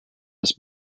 his